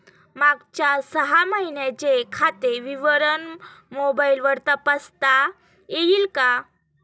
मागच्या सहा महिन्यांचे खाते विवरण मोबाइलवर तपासता येईल का?